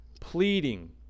pleading